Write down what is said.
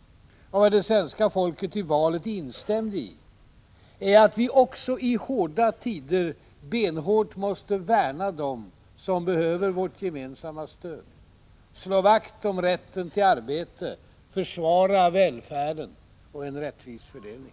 — och vad det svenska folket i valet instämde i — är att vi också i hårda tider benhårt måste värna dem som behöver vårt gemensamma stöd: slå vakt om rätten till arbete och försvara välfärden och en rättvis fördelning.